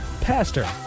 Pastor